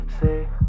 say